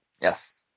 Yes